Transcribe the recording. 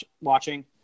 watching